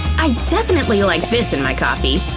i definitely like this in my coffee.